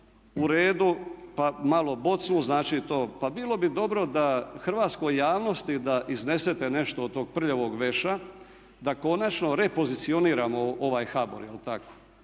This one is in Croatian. u redu, pa malo bocnu. Pa bilo bi dobro da hrvatskoj javnosti da iznesete nešto od tog prljavog veša da konačne repozicioniramo ovaj HBOR. Jer gospodo